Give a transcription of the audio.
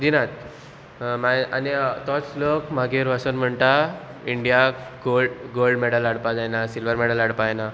दिनात माग आनी तोच लोक मागीर वसोन म्हणटा इंडियाक गो गोल्ड मॅडल हाडपा जायना सिल्वर मॅडल हाडपा जायना